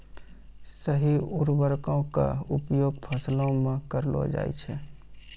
सही उर्वरको क उपयोग फसलो म करलो जाय छै